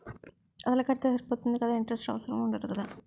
అసలు కడితే సరిపోతుంది కదా ఇంటరెస్ట్ అవసరం ఉండదు కదా?